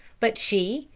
but she,